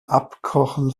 abkochen